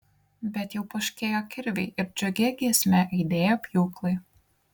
bet jau poškėjo kirviai ir džiugia giesme aidėjo pjūklai